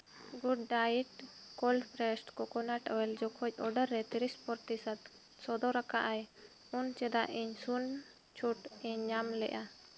GoodDiet cold pressed coconut oil ᱡᱚᱠᱷᱚᱡᱽ ᱚᱰᱟᱨᱮ ᱛᱤᱨᱤᱥ ᱯᱨᱚᱛᱤᱥᱚᱛ ᱥᱚᱫᱚᱨᱟᱠᱟᱜᱼᱟᱭ ᱩᱱ ᱪᱮᱫᱟᱜ ᱤᱧ ᱥᱩᱱ ᱪᱷᱩᱴ ᱤᱧ ᱧᱟᱢᱞᱮᱜᱼᱟ